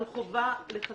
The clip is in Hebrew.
על חובה לחסן,